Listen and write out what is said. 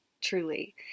Truly